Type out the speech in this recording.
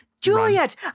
Juliet